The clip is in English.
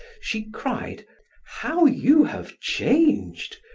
she cried how you have changed!